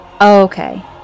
Okay